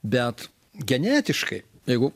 bet genetiškai jeigu